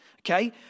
okay